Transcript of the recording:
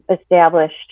established